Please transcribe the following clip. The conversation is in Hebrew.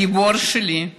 הגיבור שלי,